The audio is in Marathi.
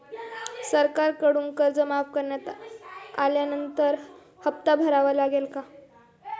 सरकारकडून कर्ज माफ करण्यात आल्यानंतर हप्ता भरावा लागेल का?